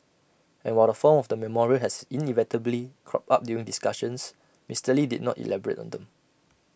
and while the form of the memorial has inevitably cropped up during discussions Mister lee did not elaborate on them